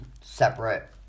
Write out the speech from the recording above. separate